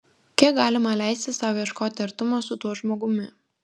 kiek galima leisti sau ieškoti artumo su tuo žmogumi